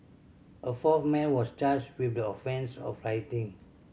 a fourth man was charged with the offence of rioting